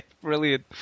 Brilliant